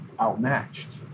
outmatched